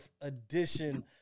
edition